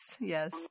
Yes